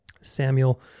Samuel